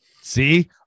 See